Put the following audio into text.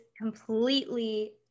completely